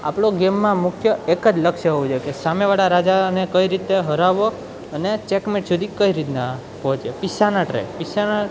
આપણો ગેમમાં મુખ્ય એક જ લક્ષ્ય હોવું જોઈએ કે સામેવાળા રાજાને કઈ રીતે હરાવવો અને ચેકમેટ સુધી કઈ રીતના પહોંચે પીસાના ટ્રેડ પીસાના